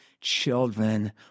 children